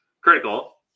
critical